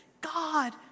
God